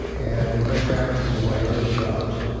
and it went back to my other jobs,